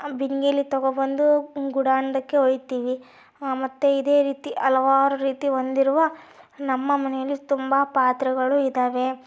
ಬಿಂದಿಗೇಲಿ ತೊಗೋಬಂದು ಗುಡಾಂಗ್ದಕ್ಕೆ ಒಯ್ತೀವಿ ಮತ್ತೆ ಇದೇ ರೀತಿ ಹಲವಾರು ರೀತಿ ಹೊಂದಿರುವ ನಮ್ಮ ಮನೆಯಲ್ಲಿ ತುಂಬ ಪಾತ್ರೆಗಳು ಇದ್ದಾವೆ